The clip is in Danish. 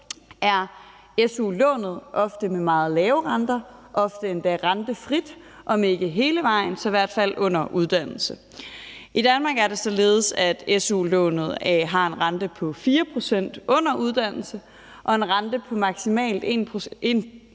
er su-lånet ofte med meget lave renter, ofte endda rentefrit, om ikke hele vejen så i hvert fald under uddannelse. I Danmark er det således, at su-lånet har en rente på 4 pct. under uddannelse og en rente på maksimalt 1